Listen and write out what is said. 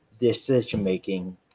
decision-making